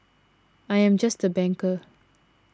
I am just a banker